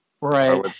Right